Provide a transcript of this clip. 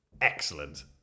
excellent